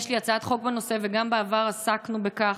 יש לי הצעת חוק בנושא וגם בעבר עסקנו בכך: